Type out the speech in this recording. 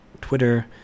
Twitter